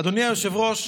אדוני היושב-ראש,